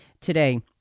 today